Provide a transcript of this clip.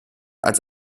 als